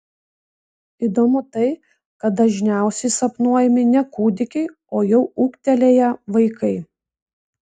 įdomu tai kad dažniausiai sapnuojami ne kūdikiai o jau ūgtelėję vaikai